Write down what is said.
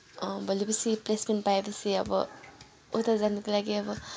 भोलिपर्सी placement पाए पछि अब उता जानको लागि अब